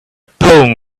poem